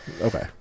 Okay